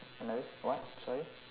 another what sorry